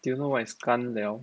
do you know what is 尴聊